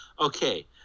Okay